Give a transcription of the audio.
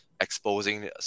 exposing